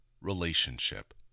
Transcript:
relationship